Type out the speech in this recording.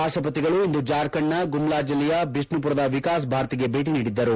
ರಾಷ್ಟ ಪತಿಗಳು ಇಂದು ಜಾರ್ಖಂಡ್ನ ಗುಮ್ಲಾ ಜಿಲ್ಲೆಯ ಬಿಷ್ಣುಪುರದ ವಿಕಾಸ್ ಭಾರತಿಗೆ ಭೇಟಿ ನೀದಿದ್ದರು